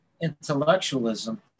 intellectualism